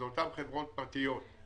את אותן חברות פרטיות.